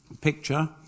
picture